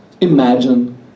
imagine